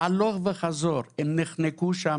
הלוך וחזור, הם נחנקו שם.